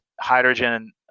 hydrogen